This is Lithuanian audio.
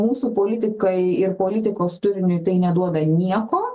mūsų politikai ir politikos turiniui tai neduoda nieko